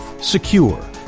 Secure